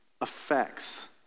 affects